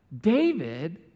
David